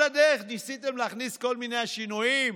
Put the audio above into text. על הדרך ניסיתם להכניס כל מיני שינויים,